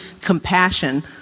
compassion